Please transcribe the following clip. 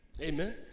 Amen